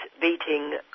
beating